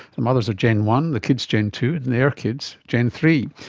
the mothers are gen one, the kids gen two, and their kids gen three.